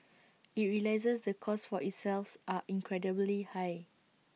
IT realises the costs for itself are incredibly high